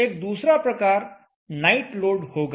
एक दूसरा प्रकार नाइट लोड होगा